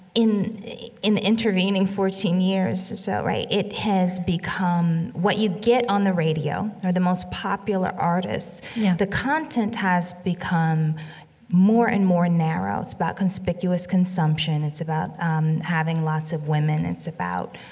in in intervening fourteen years or so, right, it has become what you get on the radio are the most popular artists yeah the content has become more and more narrow. it's about conspicuous consumption. it's about, um, having lots of women. it's about,